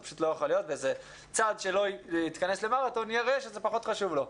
זה פשוט לא יכול להיות וצד שלא יתכנס למרתון יראה שזה פחות חשוב לו.